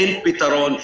אין פתרון.